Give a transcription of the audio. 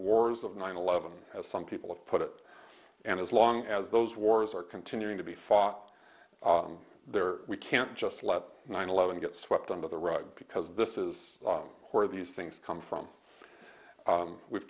wars of nine eleven as some people have put it and as long as those wars are continuing to be fought there we can't just let nine eleven get swept under the rug because this is where these things come from we've